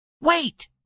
Wait